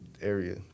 area